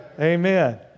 Amen